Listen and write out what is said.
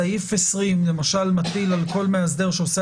סעיף 20 למשל מטיל על כל מאסדר שעושה